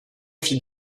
vit